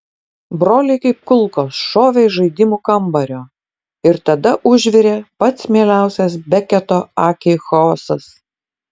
broliai kaip kulkos šovė iš žaidimų kambario ir tada užvirė pats mieliausias beketo akiai chaosas